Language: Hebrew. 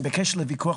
אפשר,